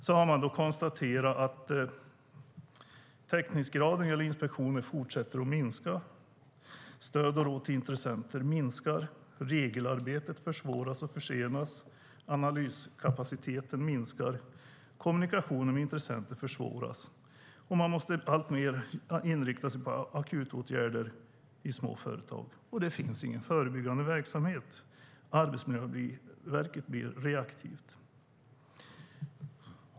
Man har konstaterat att täckningsgraden när det gäller inspektioner fortsätter att minska. Stöd och råd till intressenter minskar. Regelarbetet försvåras och försenas. Analyskapaciteten minskar. Kommunikationen med intressenter försvåras. Man måste alltmer inrikta sig på akutåtgärder i små företag, och det finns ingen förebyggande verksamhet. Arbetsmiljöverket blir reaktivt.